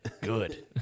Good